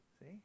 See